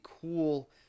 cool